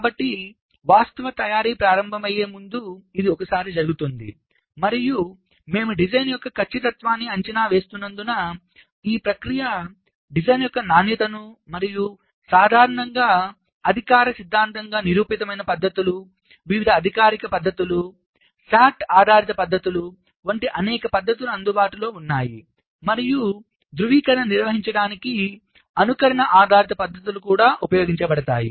కాబట్టి వాస్తవ తయారీ ప్రారంభమయ్యే ముందు ఇది ఒకసారి జరుగుతుంది మరియు మేము డిజైన్ యొక్క ఖచ్చితత్వాన్ని అంచనా వేస్తున్నందున ఈ ప్రక్రియ డిజైన్ యొక్క నాణ్యతను మరియు సాధారణంగా అధికారిక సిద్ధాంతం నిరూపితమైన పద్ధతులు వివిధ అధికారిక పద్ధతులు SAT ఆధారిత పద్ధతులు వంటి అనేక పద్ధతులు అందుబాటులో ఉన్నాయి మరియు ధృవీకరణను నిర్వహించడానికి అనుకరణ ఆధారిత పద్ధతులు కూడా ఉపయోగించబడతాయి